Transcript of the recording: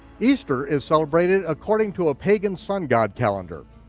easter is celebrated according to a pagan sun-god calendar,